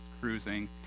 cruising